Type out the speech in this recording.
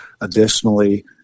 Additionally